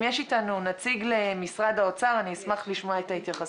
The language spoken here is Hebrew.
אם יש איתנו נציג של משרד האוצר אני אשמח לשמוע התייחסות.